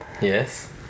yes